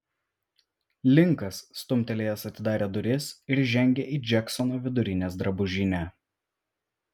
linkas stumtelėjęs atidarė duris ir žengė į džeksono vidurinės drabužinę